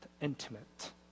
intimate